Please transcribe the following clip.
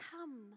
come